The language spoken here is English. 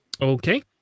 okay